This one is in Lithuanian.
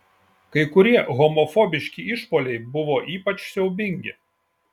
kai kurie homofobiški išpuoliai buvo ypač siaubingi